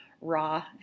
raw